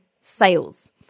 sales